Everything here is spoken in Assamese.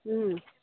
ও